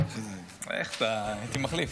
ובזמן שהם נמצאים